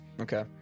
Okay